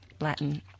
Latin